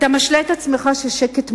אתה משלה את עצמך ששקט מועיל,